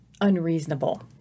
unreasonable